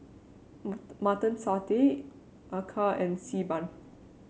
Mutton Satay acar and Xi Ban